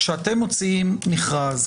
כשאתם מוציאים מכרז,